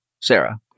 Sarah